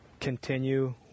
continue